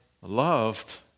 loved